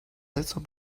little